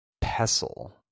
pestle